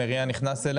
מריאן בבקשה.